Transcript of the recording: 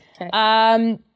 Okay